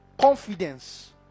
confidence